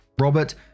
Robert